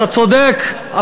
אתה צודק,